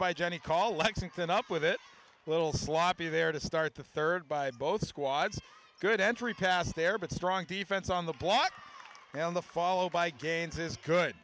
by johnny call lexington up with it little sloppy there to start the third by both squads good entry pass there but strong defense on the block and the follow by gains is good